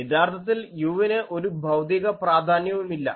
യഥാർത്ഥത്തിൽ u ന് ഒരു ഭൌതിക പ്രാധാന്യവുമില്ല